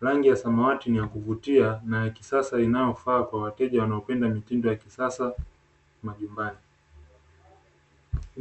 Rangi ya samawati ni ya kuvutia na ya kisasa, inayofaa kwa wateja wanaopenda mitindo ya kisasa majumbani.